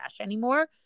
anymore